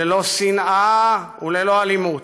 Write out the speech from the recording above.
ללא שנאה וללא אלימות.